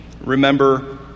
remember